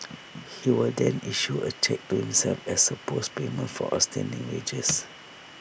he will then issue A cheque to himself as supposed payment for outstanding wages